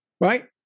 Right